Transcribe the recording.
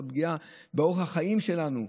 על פגיעה באורח החיים שלנו,